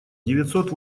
девятьсот